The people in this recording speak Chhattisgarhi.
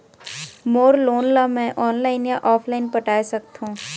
मोर लोन ला मैं ऑनलाइन या ऑफलाइन पटाए सकथों?